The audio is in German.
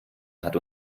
hat